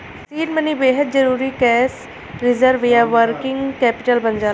seed money बेहद जरुरी cash reserve या वर्किंग कैपिटल बन जाला